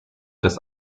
des